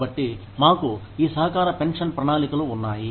కాబట్టి మాకు ఈ సహకార పెన్షన్ ప్రణాళికలు ఉన్నాయి